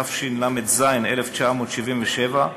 התשל"ז 1977,